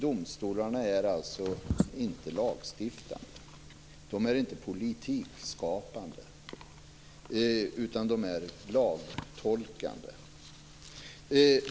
Domstolarna är alltså inte lagstiftande, de är inte politikskapande utan lagtolkande.